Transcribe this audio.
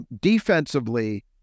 Defensively